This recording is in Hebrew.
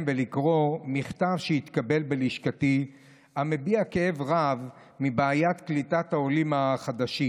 ולקרוא מכתב שהתקבל בלשכתי המביע כאב רב על בעיית קליטת העולים החדשים.